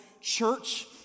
church